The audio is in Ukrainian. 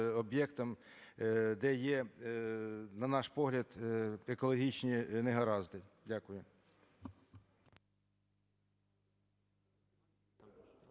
де є на наш погляд екологічні негаразди. Дякую.